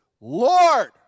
Lord